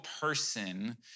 person